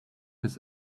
his